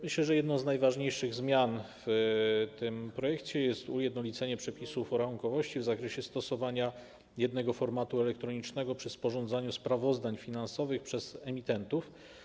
Myślę, że jedną z najważniejszych zmian w tym projekcie jest ujednolicenie przepisów o rachunkowości w zakresie stosowania jednego formatu elektronicznego przy sporządzaniu sprawozdań finansowych przez emitentów.